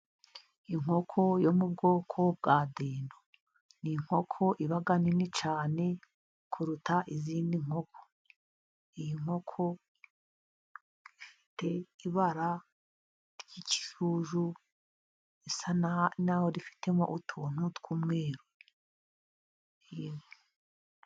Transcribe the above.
Inkoko yo mu bwoko bwa dendo. Ni inkoko iba nini cyane, kuruta izindi nkoko. Inkoko ifite ibara ry'ikijuju, risa n'aho rifitemo utuntu tw'umweru.